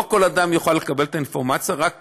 לא כל אדם יוכל לקבל אינפורמציה, אלא רק